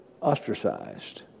ostracized